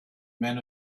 men